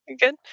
good